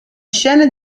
scene